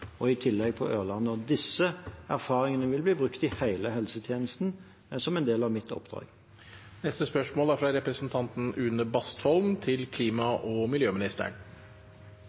og Elverum og i tillegg på Ørland. Disse erfaringene vil bli brukt i hele helsetjenesten som en del av mitt oppdrag. «Verdens insekter vil være utryddet om 100 år med dagens tempo. Mange pollinerende insekter er